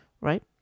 right